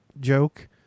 joke